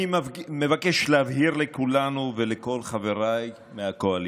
אני מבקש להבהיר לכולנו ולכל חבריי מהקואליציה: